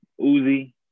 Uzi